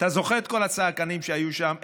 אתה זוכר את כל הצעקנים שהיו שם,